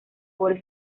por